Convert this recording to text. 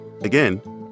Again